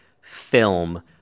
film